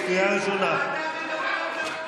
שחט משפחה, שחט משפחה.